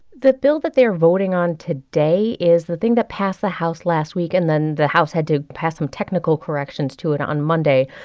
the bill that they're voting on today is the thing that passed the house last week, and then the house had to pass some technical corrections to it on monday.